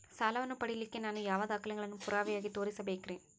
ಸಾಲವನ್ನು ಪಡಿಲಿಕ್ಕೆ ನಾನು ಯಾವ ದಾಖಲೆಗಳನ್ನು ಪುರಾವೆಯಾಗಿ ತೋರಿಸಬೇಕ್ರಿ?